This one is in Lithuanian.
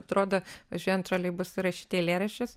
atrodo važiuojant troleibusu rašyti eilėraščius